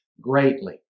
greatly